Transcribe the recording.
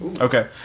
Okay